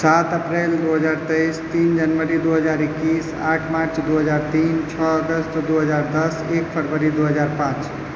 सात अप्रिल दू हजार तेइस तीन जनवरी दू हजार एकैस आठ मार्च दू हजार तीन छओ अगस्त दू हजार दस एक फरवरी दू हजार पाँच